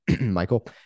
Michael